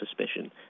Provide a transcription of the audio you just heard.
suspicion